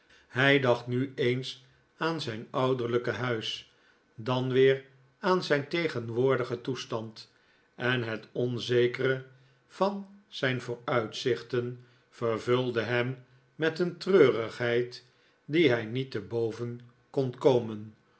hij dacht nu eens aan zijn ouderlijke huis dan weer aan zijn tegenwoordigen toestand en het onzekere van zijn vooruitzichten vervulde hem met een treurigheid die hij niet te boven kon komen